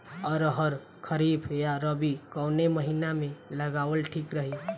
अरहर खरीफ या रबी कवने महीना में लगावल ठीक रही?